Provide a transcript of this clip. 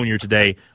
today